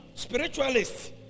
Spiritualists